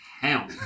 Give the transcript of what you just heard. hell